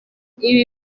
ibi